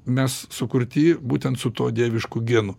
mes sukurti būtent su tuo dievišku genu